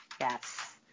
Yes